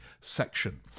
section